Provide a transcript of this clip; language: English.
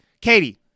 Katie